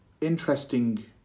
interesting